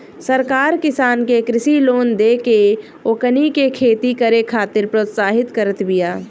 सरकार किसान के कृषि लोन देके ओकनी के खेती करे खातिर प्रोत्साहित करत बिया